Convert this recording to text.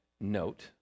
note